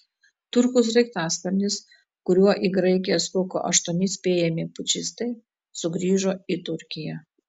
turkų sraigtasparnis kuriuo į graikiją spruko aštuoni spėjami pučistai sugrįžo į turkiją